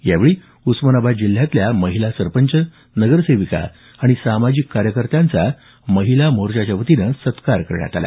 यावेळी उस्मानाबाद जिल्ह्यातल्या महिला सरपंच नगरसेविका आणि सामाजिक कार्यकर्त्या यांचा महिला मोर्चाच्या वतीनं सत्कार करण्यात आला